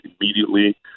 immediately